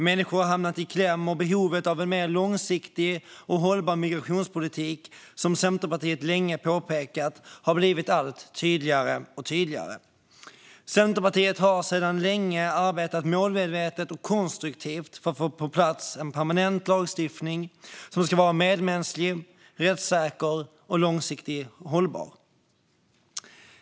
Människor har hamnat i kläm, och behovet av en mer långsiktig och hållbar migrationspolitik har, som Centerpartiet länge påpekat, blivit allt tydligare. Centerpartiet har sedan länge arbetat målmedvetet och konstruktivt för att få på plats en permanent lagstiftning som ska vara medmänsklig, rättssäker och långsiktigt hållbar.